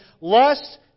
lust